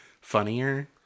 funnier